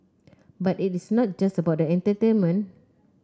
but it is not just about the entertainment